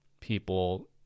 people